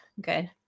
good